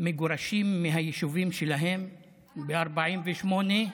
מגורשות מהיישובים שלהן ב-48'.